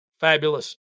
fabulous